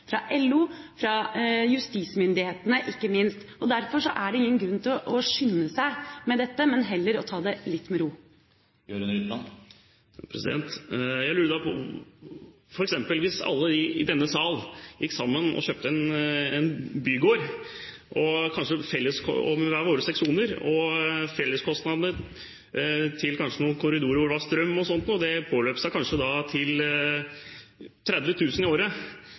fra LO og ikke minst fra justismyndighetene. Derfor er det ingen grunn til å skynde seg med dette, men heller ta det litt med ro. Jeg lurer på: Hvis f.eks. alle i denne sal gikk sammen og kjøpte en bygård, med hver vår seksjon, og felleskostnader til noen korridorer som skal ha strøm, kanskje påløp seg til 30 000 kr i året: